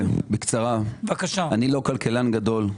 אני לא כלכלן גדול,